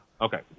Okay